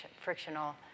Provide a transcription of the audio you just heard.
frictional